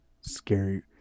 scary